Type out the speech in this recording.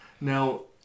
Now